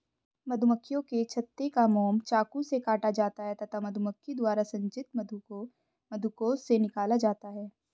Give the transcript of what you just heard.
मधुमक्खियों के छत्ते का मोम चाकू से काटा जाता है तथा मधुमक्खी द्वारा संचित मधु को मधुकोश से निकाला जाता है